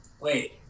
wait